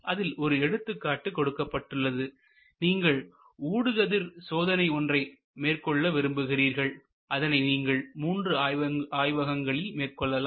அதில் ஒரு எடுத்துக்காட்டு கொடுக்கப்பட்டுள்ளது நீங்கள் ஊடுகதிர் சோதனை ஒன்றை மேற்கொள்ள விரும்புகிறீர்கள் அதனை நீங்கள் மூன்று ஆய்வகங்களில் மேற்கொள்ளலாம்